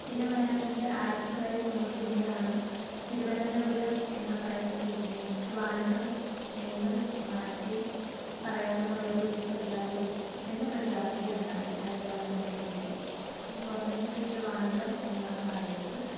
പിന്നെ പറയണമെങ്കിൽ ആയിരത്തി തൊള്ളായിരത്തി തൊണ്ണൂറ്റി ഒന്നിലാണ് തിരുവനന്തപുരം എന്ന് പറയുന്ന പേരിനെ ട്രിവാൻഡ്രം എന്നും മാറ്റി പറയാമെന്നുള്ള ഒരു പ്രഖ്യാപി എന്ന് പ്രഖ്യാപിക്കുകയുണ്ടായി ആയിരത്തി തൊള്ളായിരത്തി തൊണ്ണൂറ്റി ഒന്നിൽ അപ്പോൾ ഫോറിനേഴ്സൊക്കെ ട്രിവാൻഡ്രം എന്നാണ് പറയുന്നത്